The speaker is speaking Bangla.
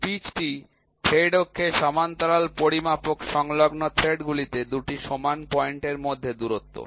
পিচটি থ্রেড অক্ষের সমান্তরাল পরিমাপক সংলগ্ন থ্রেড গুলিতে ২ টি সমান পয়েন্টের মধ্যে দূরত্ব